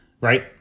Right